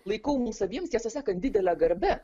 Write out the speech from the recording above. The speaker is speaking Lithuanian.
laikau mums abiems tiesą sakant didele garbe